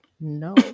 no